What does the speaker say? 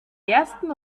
ersten